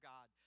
God